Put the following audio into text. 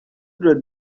the